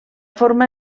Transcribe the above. forma